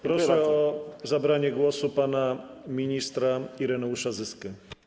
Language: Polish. Proszę o zabranie głosu pana ministra Ireneusza Zyskę.